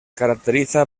caracteriza